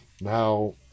Now